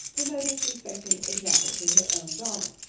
for motives respecting example to her own daughter.